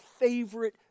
favorite